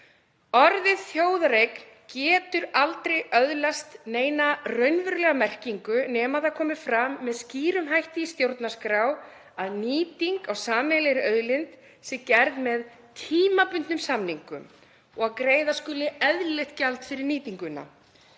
Orðið þjóðareign getur aldrei öðlast neina raunverulega merkingu nema það komi fram með skýrum hætti í stjórnarskrá að nýting á sameiginlegri auðlind sé gerð með tímabundnum samningum og að greiða skuli eðlilegt gjald fyrir nýtinguna.